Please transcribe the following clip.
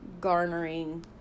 garnering